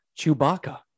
Chewbacca